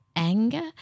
Anger